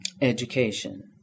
education